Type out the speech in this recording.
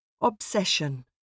Obsession